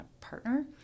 partner